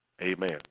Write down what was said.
Amen